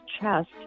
chest